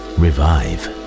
revive